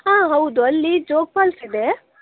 ಹಾಂ ಹೌದು ಅಲ್ಲಿ ಜೋಗ್ ಫಾಲ್ಸ್ ಇದೆ